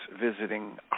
visiting